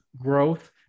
growth